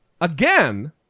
Again